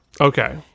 Okay